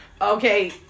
okay